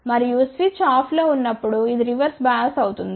మరియు స్విచ్ ఆఫ్లో ఉన్నప్పుడు ఇది రివర్స్ బయాస్ అవుతుంది